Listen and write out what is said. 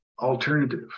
alternative